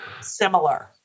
similar